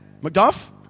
Macduff